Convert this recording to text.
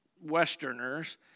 Westerners